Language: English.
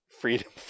freedom